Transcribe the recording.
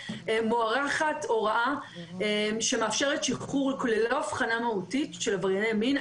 מוארכת הוראה שמאפשרת שחרור ללא הבחנה מהותית של עברייני מין.